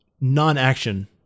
non-action